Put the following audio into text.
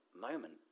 moment